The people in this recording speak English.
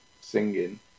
singing